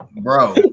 Bro